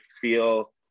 feel